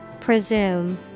Presume